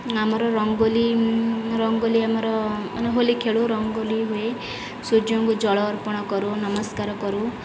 ଆମର ରଙ୍ଗୋଲି ରଙ୍ଗୋଲି ଆମର ମାନେ ହୋଲି ଖେଳୁ ରଙ୍ଗୋଲି ହୁଏ ସୂର୍ଯ୍ୟଙ୍କୁ ଜଳ ଅର୍ପଣ କରୁ ନମସ୍କାର କରୁ